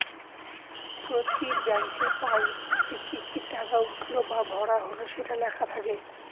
প্রতি ব্যাঙ্কের পাসবইতে কি কি টাকা উঠলো বা ভরা হল সেটা লেখা থাকে